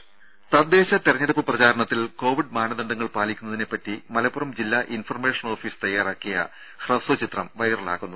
രംഭ തദ്ദേശ തെരഞ്ഞെടുപ്പ് പ്രചാരണത്തിൽ കോവിഡ് മാനദണ്ഡങ്ങൾ പാലിക്കുന്നതിനെപ്പറ്റി മലപ്പുറം ജില്ലാ ഇൻഫർമേഷൻ ഓഫീസ് തയ്യാറാക്കിയ ഹ്രസ്വചിത്രം വൈറലാകുന്നു